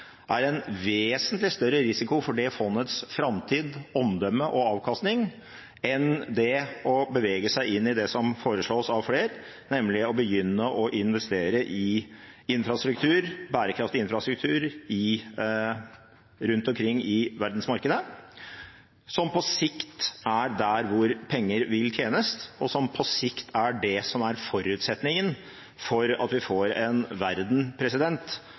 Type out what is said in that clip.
er en vesentlig større risiko for dette fondets framtid, omdømme og avkastning enn det å bevege seg inn i det som foreslås av flere, nemlig å begynne å investere i bærekraftig infrastruktur rundt omkring i verdensmarkedet, som på sikt er der hvor penger vil tjenes, og som på sikt er det som er forutsetningen for at vi får en verden